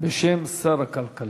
בשם שר הכלכלה,